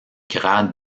grade